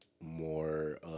more